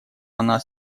она